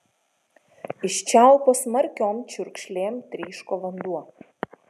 iš čiaupo smarkiom čiurkšlėm tryško vanduo